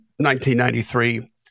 1993